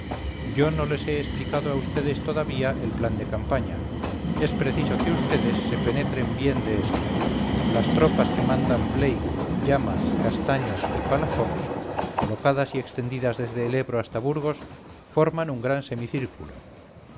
yo no les he explicado a vds todavía el plan de campaña es preciso que vds se penetren bien de esto las tropas que mandan blake llamas castaños y palafox colocadas y extendidas desde el ebro hasta burgos forman un gran semicírculo